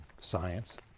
science